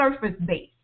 surface-based